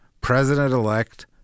President-elect